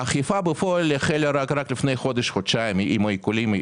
האכיפה בפועל החלה רק לפני חודש-חודשיים עם העיקולים,